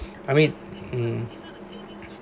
I mean hmm